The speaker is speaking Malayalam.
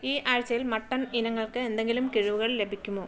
ഈ ആഴ്ചയിൽ മട്ടൺ ഇനങ്ങൾക്ക് എന്തെങ്കിലും കിഴിവുകൾ ലഭിക്കുമോ